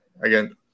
again